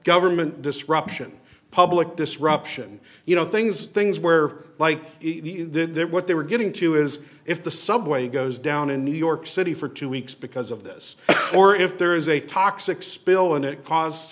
government disruption public disruption you know things things where like did that what they were getting to is if the subway goes down in new york city for two weeks because of this or if there is a toxic spill and it c